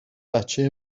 بچه